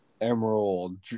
emerald